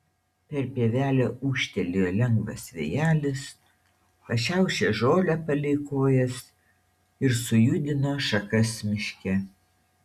per pievelę ūžtelėjo lengvas vėjelis pašiaušė žolę palei kojas ir sujudino šakas miške